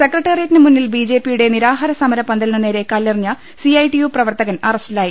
സെക്രട്ടറിയേറ്റിനു മുന്നിൽ ബിജെപി യുടെ നിരാഹാര സമര പന്തലിനു നേരെ കല്ലെറിഞ്ഞ സിഐടിയു പ്രവർത്തകൻ അറസ്റ്റിലായി